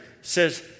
says